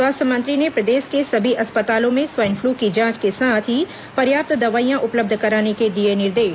स्वास्थ्य मंत्री ने प्रदेश के सभी अस्पतालों में स्वाइन फ्लू की जांच के साथ ही पर्याप्त दवाइयां उपलब्ध कराने के दिए निर्देश